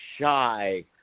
shy